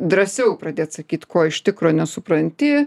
drąsiau pradėt sakyt ko iš tikro nesupranti